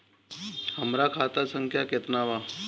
हमरा खाता संख्या केतना बा?